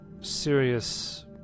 serious